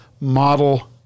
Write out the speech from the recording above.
model